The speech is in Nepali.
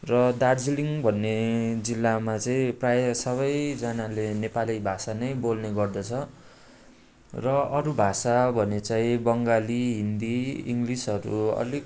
र दार्जिलिङ भन्ने जिल्लामा चाहिँ प्रायः सबैजनाले नेपाली भाषा नै बोल्ने गर्दछन् र अरू भाषा भने चाहिँ बङ्गाली हिन्दी इङ्गलिसहरू हो अलिक